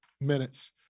minutes